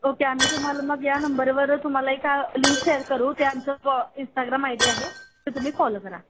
okay आम्ही तुम्हाला मग या नंबरवर तुम्हाला एक लिंक शेअर करू ते आमचं जो इंस्टाग्राम आय डी या आहे ते तुम्ही फॉलो करा